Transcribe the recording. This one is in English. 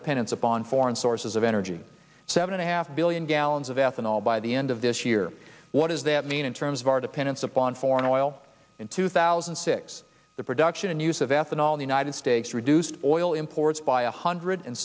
dependence upon foreign sources of energy seven and a half billion gallons of ethanol by the end of this year what does that mean in terms of our dependence upon foreign oil in two thousand and six the production and use of ethanol the united states reduced oil imports by a hundred and